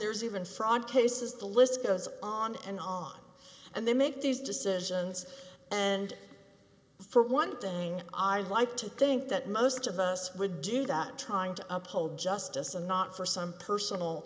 there's even fraud cases the list goes on and on and they make these decisions and for one thing i would like to think that most of us would do that trying to uphold justice and not for some